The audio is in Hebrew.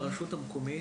לרשות המקומית,